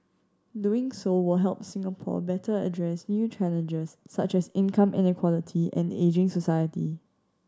doing so will help Singapore better address new challenges such as income inequality and ageing society